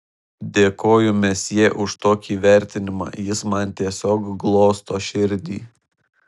dėkoju mesjė už tokį įvertinimą jis man tiesiog glosto širdį